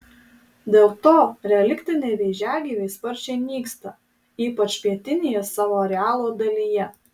dėl to reliktiniai vėžiagyviai sparčiai nyksta ypač pietinėje savo arealo dalyje